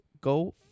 Go